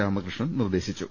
രാമ കൃഷ്ണൻ നിർദ്ദേശിച്ചു